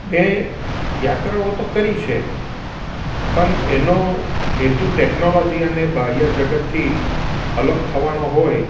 મેં યાત્રાઓ તો કરી છે પણ એનો હેતુ ટેકનોલોજી અને બાહ્ય જગતથી અલગ થવાનો હોય